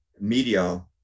media